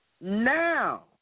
Now